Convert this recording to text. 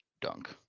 dunk